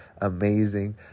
amazing